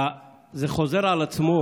זה חוזר על עצמו: